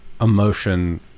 emotion